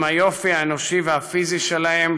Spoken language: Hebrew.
עם היופי האנושי והפיזי שלה,